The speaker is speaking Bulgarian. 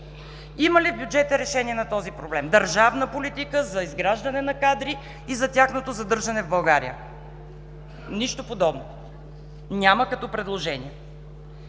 Има ли бюджетът решение на този проблем, държавна политика за изграждане на кадри и за тяхното задържане в България? Нищо подобно няма като предложение.